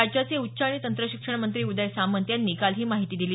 राज्याचे उच्च आणि तंत्रशिक्षण मंत्री उदय सामंत यांनी काल ही माहिती दिली